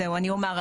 אני אומר.